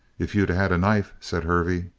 if you'd had a knife, said hervey.